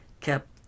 kept